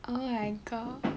oh my god